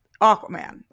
Aquaman